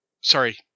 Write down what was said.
Sorry